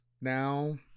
now